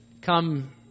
come